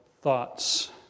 thoughts